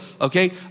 okay